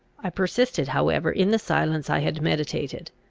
i persisted however in the silence i had meditated.